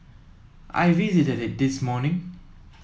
I visited it this morning